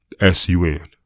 S-U-N